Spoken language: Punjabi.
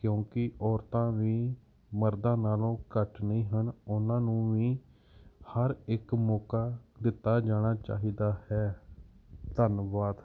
ਕਿਉਂਕਿ ਔਰਤਾਂ ਵੀ ਮਰਦਾਂ ਨਾਲੋਂ ਘੱਟ ਨਹੀਂ ਹਨ ਉਹਨਾਂ ਨੂੰ ਵੀ ਹਰ ਇੱਕ ਮੌਕਾ ਦਿੱਤਾ ਜਾਣਾ ਚਾਹੀਦਾ ਹੈ ਧੰਨਵਾਦ